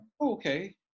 okay